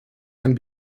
can